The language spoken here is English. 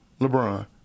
LeBron